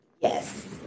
Yes